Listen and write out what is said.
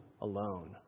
alone